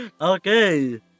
Okay